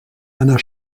einer